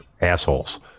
assholes